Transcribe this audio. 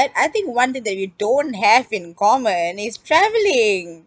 I think one thing that we don't have in common is travelling